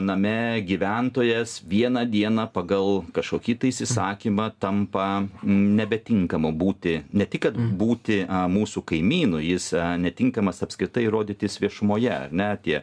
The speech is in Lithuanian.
name gyventojas vieną dieną pagal kažkokį tais įsakymą tampa nebetinkamu būti ne tik kad būti mūsų kaimynu jis netinkamas apskritai rodytis viešumoje ar ne tie